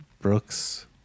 Brooks